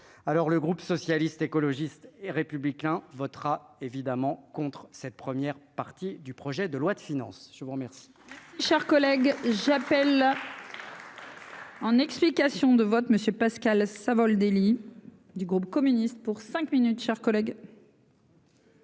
alors le groupe socialiste, écologiste et républicain votera évidemment contre cette première partie du projet de loi de finances, je vous remercie.